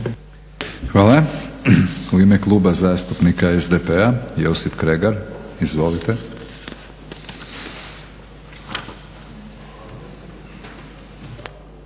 Hvala. U ime kluba zastupnika SDP-a Josip Kregar. Izvolite.